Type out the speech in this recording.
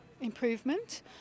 improvement